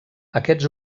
aquests